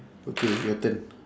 okay your turn